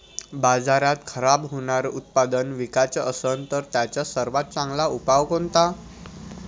बाजारात खराब होनारं उत्पादन विकाच असन तर त्याचा सर्वात चांगला उपाव कोनता?